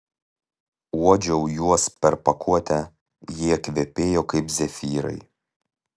uodžiau juos per pakuotę jie kvepėjo kaip zefyrai